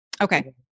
Okay